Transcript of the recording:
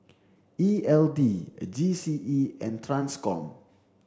E L D G C E and TRANSCOM